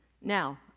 Now